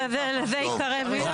לימור סון הר מלך (עוצמה יהודית): לזה יקרא וילה?